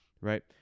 right